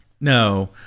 No